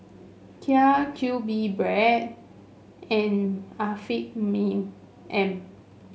Kia Q B bread and Afiq M